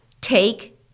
take